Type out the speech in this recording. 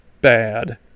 bad